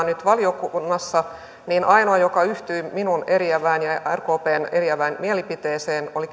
nyt valiokunnassa niin ainoa joka yhtyi minun ja rkpn eriävään mielipiteeseen oli